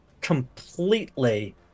completely